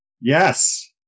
Yes